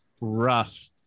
rough